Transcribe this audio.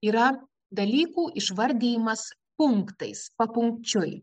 yra dalykų išvardijimas punktais papunkčiui